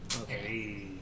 Okay